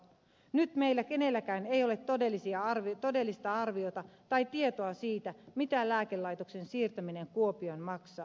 nyt meillä kenelläkään ei ole todellista arviota tai tietoa siitä mitä lääkelaitoksen siirtäminen kuopioon maksaa